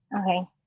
Okay